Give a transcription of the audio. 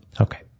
Okay